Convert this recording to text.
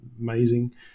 amazing